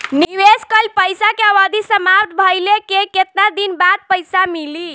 निवेश कइल पइसा के अवधि समाप्त भइले के केतना दिन बाद पइसा मिली?